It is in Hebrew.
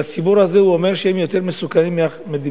לציבור הזה הוא אומר שהם יותר מסוכנים מאחמדינג'אד,